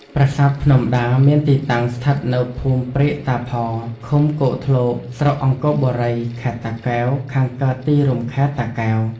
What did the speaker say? ប្រាសាទភ្នំដា មានទីតាំងស្ថិតនៅភូមិព្រែកតាផ ឃុំគោកធ្លក ស្រុកអង្គរបូរី ខេត្តតាកែវ ខាងកើតទីរួមខេត្តតាកែវ។